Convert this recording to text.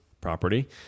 property